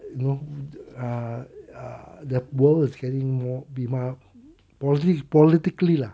you know the uh uh the world is getting more be mo~ politi~ politically lah